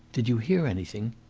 did you hear anything?